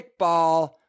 kickball